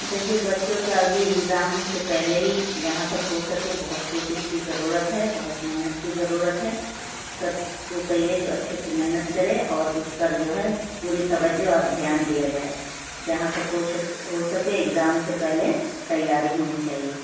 دیکھیے بچوں کا ابھی ایگزام سے پہلے ہی جہاں تک ہو سکے بہت کوشش کی ضرورت ہے بہت محنت کی ضرورت ہے سب کو کہیے جو اچھے سے محنت کرے اور اُس پر جو ہے پوری توجہ اور دھیان دیا جائے جہاں تک ہو شک ہو سکے ایگزام سے پہلے تیاری ہونی چاہیے